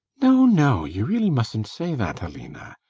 no, no, you really mustn't say that, aline!